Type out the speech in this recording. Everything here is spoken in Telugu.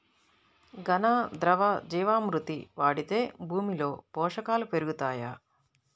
ఘన, ద్రవ జీవా మృతి వాడితే భూమిలో పోషకాలు పెరుగుతాయా?